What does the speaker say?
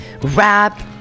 rap